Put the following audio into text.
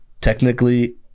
technically